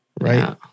Right